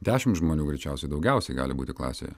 dešimt žmonių greičiausiai daugiausiai gali būti klasėje